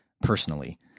personally